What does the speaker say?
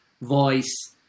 voice